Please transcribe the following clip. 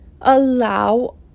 allow